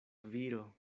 viro